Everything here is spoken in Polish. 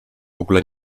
ogóle